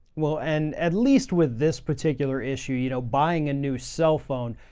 well, and at least with this particular issue, you know, buying a new cell phone,